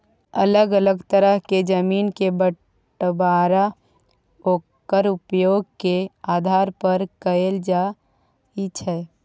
अलग अलग तरह केर जमीन के बंटबांरा ओक्कर उपयोग के आधार पर कएल जाइ छै